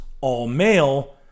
all-male